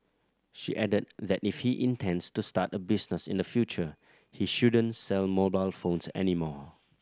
she added that if he intends to start a business in the future he shouldn't sell mobile phones any more